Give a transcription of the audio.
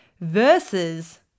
versus